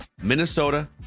Minnesota